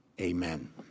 amen